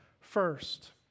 first